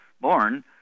born